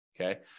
okay